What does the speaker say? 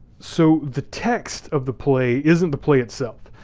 so the text of the play isn't the play itself.